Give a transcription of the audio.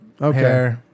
Okay